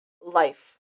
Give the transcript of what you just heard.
life